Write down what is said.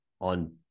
on